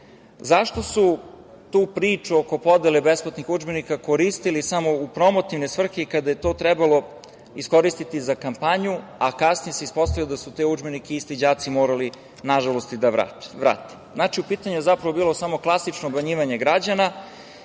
Zašto su tu priču oko podele besplatnih udžbenika koristili smo u promotivne svrhe, kada je to trebalo iskoristiti za kampanju, a kasnije se ispostavilo da su te udžbenike isti đaci morali, nažalost, i da vrate. Znači, u pitanju je zapravo bilo samo klasično obmanjivanje građana,